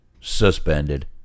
Suspended